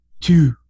two